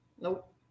nope